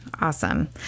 Awesome